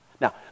Now